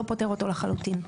לא פותר אותו לחלוטין.